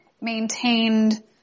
maintained